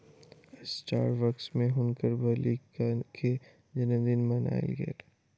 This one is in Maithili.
स्टारबक्स में हुनकर बालिका के जनमदिन मनायल गेल